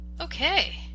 Okay